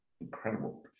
incredible